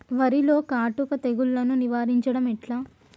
వరిలో కాటుక తెగుళ్లను నివారించడం ఎట్లా?